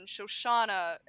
Shoshana